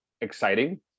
exciting